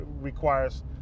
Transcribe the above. requires